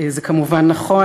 זה כמובן נכון.